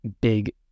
big